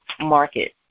market